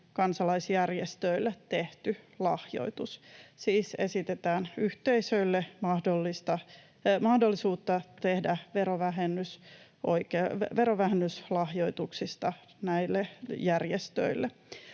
kansalaisjärjestöille tehty lahjoitus. Siis esitetään yhteisöille mahdollisuutta tehdä verovähennys lahjoituksista näille järjestöille.